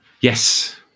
Yes